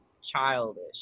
childish